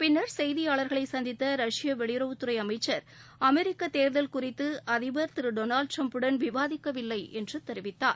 பின்னர் செய்தியாளர்களை சந்தித்த ரஷ்ய வெளியுறவுத்துறை அமைச்சர் அமெரிக்க தேர்தல் குறித்து அதிபர் திரு டொனால்டு ட்ரம்ப் புடன் விவாதிக்கவில்லை என்று தெரிவித்தார்